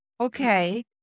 okay